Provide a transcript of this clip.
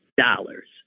dollars